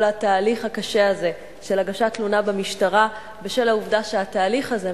התהליך הקשה הזה של הגשת תלונה במשטרה בשל העובדה שהתהליך הזה,